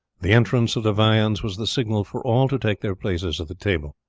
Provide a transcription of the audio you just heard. the entrance of the viands was the signal for all to take their places at the table.